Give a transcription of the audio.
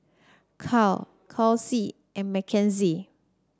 Cal Chauncey and Makenzie